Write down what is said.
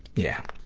yeah.